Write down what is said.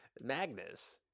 magnus